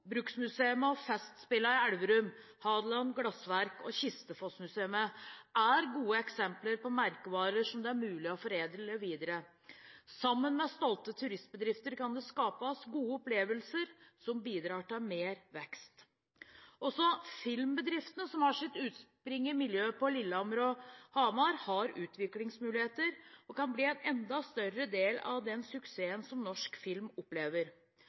Festspillene i Elverum, Hadeland Glassverk og Kistefos-Museet er gode eksempler på merkevarer som det er mulig å foredle videre. Sammen med stolte turistbedrifter kan det skapes gode opplevelser som bidrar til mer vekst. Også filmbedriftene, som har sitt utspring i miljøet på Lillehammer og Hamar, har utviklingsmuligheter og kan bli en enda større del av den suksessen som norsk film opplever.